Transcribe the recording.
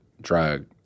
drug